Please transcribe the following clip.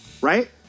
Right